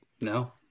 No